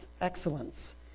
excellence